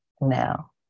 now